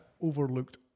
overlooked